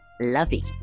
lovey